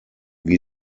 wie